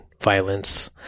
violence